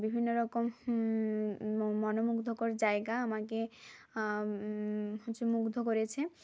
বিভিন্ন রকম মনমুগ্ধকর জায়গা আমাকে হচ্ছে মুগ্ধ করেছে